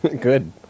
good